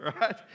right